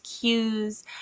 cues